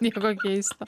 nieko keisto